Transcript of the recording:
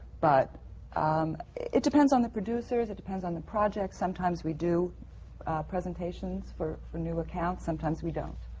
but um it depends on the producers, it depends on the project. sometimes we do presentations for for new accounts, sometimes we don't.